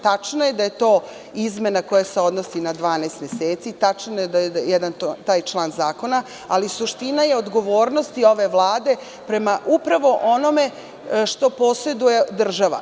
Tačno je da je to izmena koja se odnosi na 12 meseci, tačno je da je to jedan, taj član zakona, ali suština je odgovornosti ove Vlade prema upravo onome što poseduje država.